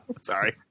Sorry